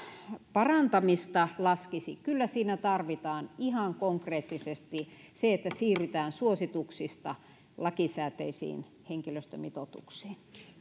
parantamista laskisi kyllä siinä tarvitaan ihan konkreettisesti se että siirrytään suosituksista lakisääteisiin henkilöstömitoituksiin